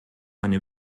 eine